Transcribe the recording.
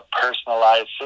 personalized